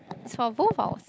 for both our